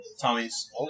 Tommy's